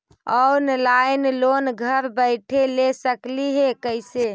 Online loan घर बैठे ले सकली हे, कैसे?